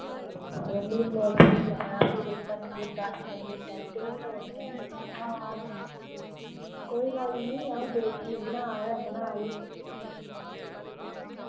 हां ते म्हीने इक होई जाना फ्ही कोई पंज टू दस दिन टैस्टें बी लोड़दे हैनी हां कोई गल्ल नी अ'ऊं डेटशीट बना ते बना दी ही